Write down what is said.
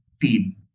feed